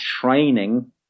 training